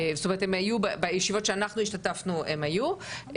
בישיבות שאנחנו השתתפנו הם היו.